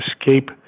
escape